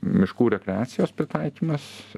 miškų rekreacijos pritaikymas